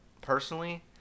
personally